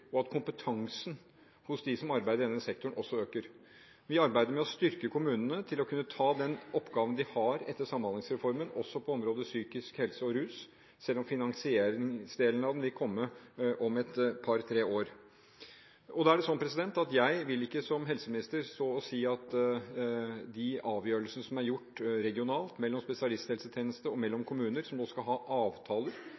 og at kompetansen hos dem som arbeider innen denne sektoren, også øker. Vi arbeider med å styrke kommunene til å kunne ta den oppgaven de har etter Samhandlingsreformen, også på området psykisk helse og rus, selv om finansieringsdelen av den vil komme om et par–tre år. Jeg vil ikke som helseminister stå og si at jeg vil oppheve de avgjørelsene som er tatt regionalt mellom spesialisthelsetjeneste og mellom